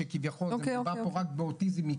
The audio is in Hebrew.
שכביכול מדובר פה רק באוטיזם.